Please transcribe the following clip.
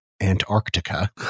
Antarctica